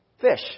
Fish